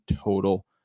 total